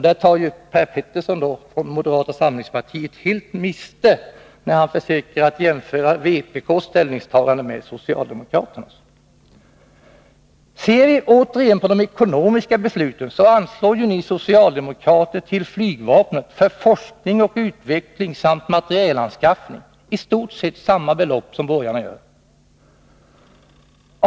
Per Petersson från moderata samlingspartiet tar ju helt fel, när han försöker jämföra vpk:s ställningstagande med socialdemokraternas. I fråga om de ekonomiska besluten föreslår ni socialdemokrater till flygvapnet för forskning och utveckling samt materielanskaffning i stort sett samma belopp som borgarna gör.